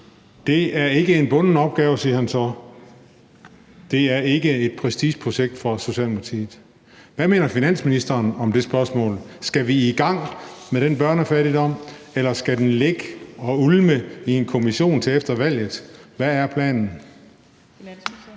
Det er ikke en bunden opgave, siger han så. Det er ikke et prestigeprojekt for Socialdemokratiet. Hvad mener finansministeren om det spørgsmål? Så skal vi i gang med den børnefattigdom, eller skal den ligge og ulme i en kommission til efter valget? Hvad er planen? Kl. 18:01 Tredje